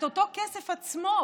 את אותו כסף עצמו,